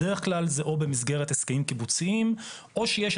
בדרך כלל זה או במסגרת הסכמים קיבוציים או שיש,